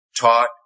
taught